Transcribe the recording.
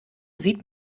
sieht